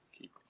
keep